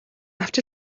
авч